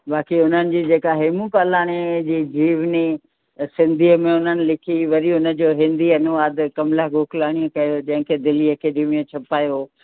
बाक़ी उन्हनि जी जेका हेमू कालाणीअ जी जीवनी सिंधीअ में उन्हनि लिखी वरी उन जो हिंदी अनुवाद कमला गोखलाणीअ कयो जंहिंखे दिल्ली अकेडमी छपिवायो